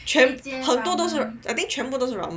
全部很多都是 I think 全部都是 ramen